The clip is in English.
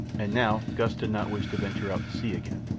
and now gust did not wish to venture out to sea again.